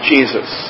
Jesus